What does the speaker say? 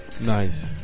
Nice